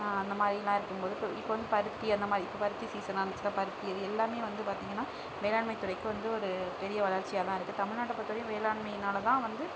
அந்தமாதிரில்லாம் இருக்கும்போது இப்போது வந்து பருத்தி அந்தமாதிரி இப்போது பருத்தி சீசனாக இருந்துச்சுனா பருத்தி எல்லாமே வந்து பார்த்திங்கனா வேளாண்மைத்துறைக்கு வந்து ஒரு பெரிய வளர்ச்சியாகதான் இருக்குது தமிழ்நாட்டை பொறுத்தவரையும் வேளாண்மையினால் தான் வந்து